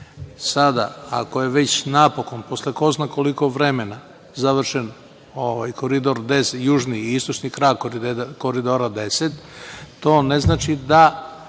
ako je već napokon, posle ko zna koliko vremena, završen ovaj Koridor 10, južni i istočni krak Koridora 10, to ne znači da